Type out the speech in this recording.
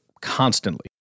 constantly